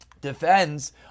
defends